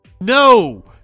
No